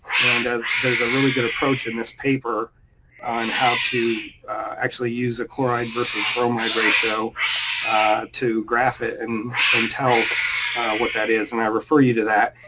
and ah there's a really good approach in this paper on how to actually use the chloride versus bromide ratio to graph it and and tell what that is, and i refer you to that.